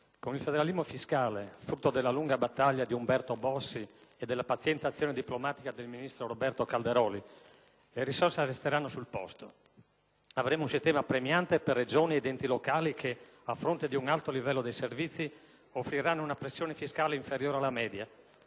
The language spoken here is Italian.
Con il federalismo fiscale, frutto della lunga battaglia di Umberto Bossi e della paziente azione diplomatica del ministro Roberto Calderoli, le risorse resteranno sul posto. Avremo un sistema premiante per Regioni ed enti locali che, a fronte di un alto livello dei servizi, offriranno una pressione fiscale inferiore alla media;